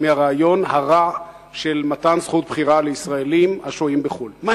מהרעיון הרע של מתן זכות בחירה לישראלים השוהים בחוץ-לארץ.